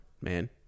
man